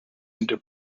into